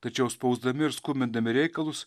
tačiau spausdami ir skubindami reikalus